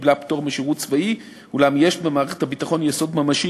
וקיבלה פטור משירות צבאי אולם יש במערכת הביטחון יסוד ממשי